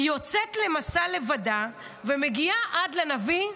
היא יוצאת לבדה למסע ומגיעה עד לנביא.